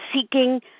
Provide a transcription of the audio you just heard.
seeking